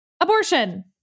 abortion